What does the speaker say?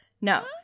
No